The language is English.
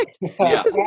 perfect